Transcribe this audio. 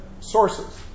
sources